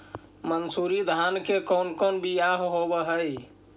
मनसूरी धान के कौन कौन बियाह होव हैं?